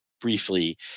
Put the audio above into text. briefly